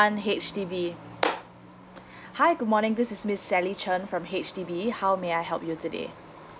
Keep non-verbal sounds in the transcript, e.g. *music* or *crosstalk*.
un~ H_D_B *breath* hi good morning this is miss sally chan from H_D_B how may I help you today